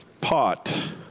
pot